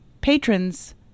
patrons